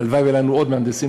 והלוואי שהיו לנו עוד מהנדסים,